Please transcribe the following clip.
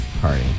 party